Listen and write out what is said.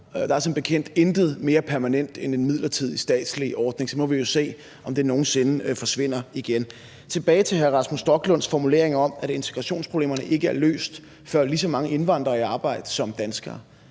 Der er som bekendt intet mere permanent end en midlertidig statslig ordning, og så må vi jo se, om den nogen sinde forsvinder igen. Tilbage til hr. Rasmus Stoklunds formulering om, at integrationsproblemerne ikke er løst, før lige så mange indvandrere er i arbejde som danskere: